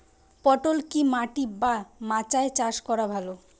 পটল কি মাটি বা মাচায় চাষ করা ভালো?